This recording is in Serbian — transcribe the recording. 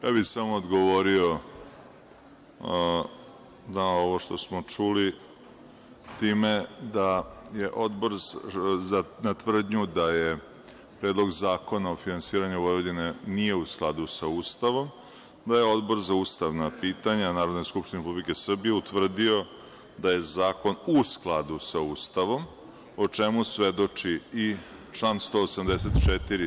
Samo bih odgovorio na ovo što smo čuli time da je Odbor na tvrdnju da Predlog zakona o finansiranju Vojvodine nije u skladu sa Ustavom, da je Odbor za ustavna pitanja Narodne skupštine Republike Srbije utvrdio da je zakon u skladu sa Ustavom, a o čemu svedoči i član 184.